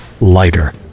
lighter